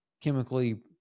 chemically